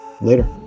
Later